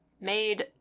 made